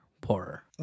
poorer